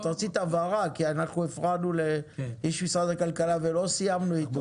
את רצית הבהרה ואנחנו הפרענו לאיש משרד הכלכלה ולא סיימנו איתו.